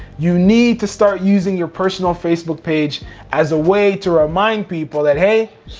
you need to start using your personal facebook page as a way to remind people that, hey,